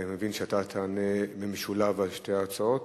אני מבין שאתה תענה במשולב על שתי ההצעות.